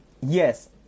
yes